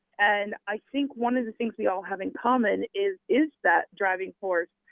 and i think one of the things we all have in common is is that driving force.